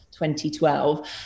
2012